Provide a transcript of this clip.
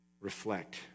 reflect